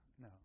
no